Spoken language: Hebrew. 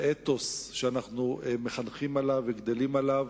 לאתוס שאנחנו מחנכים עליו וגדלים עליו.